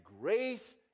grace